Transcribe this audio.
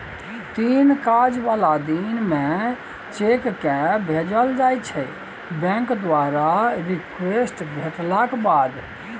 तीन काज बला दिन मे चेककेँ भेजल जाइ छै बैंक द्वारा रिक्वेस्ट भेटलाक बाद